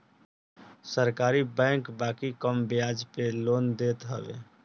सरकारी बैंक बाकी कम बियाज पे लोन देत हवे